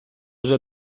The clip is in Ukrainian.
вже